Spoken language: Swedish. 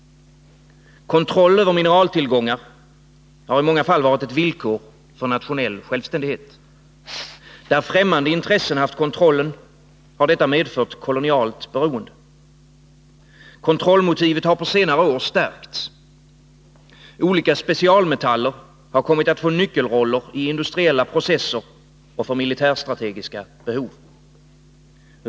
Kontroll över mineraltillgångar har i många fall varit ett villkor för nationell självständighet. Där ffträmmande intressen haft kontrollen har det uppstått kolonialt beroende. Kontrollmotivet har på senare år stärkts. Olika specialmetaller har kommit att få nyckelroller i industriella processer och för militärstrategiska behov.